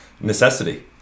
necessity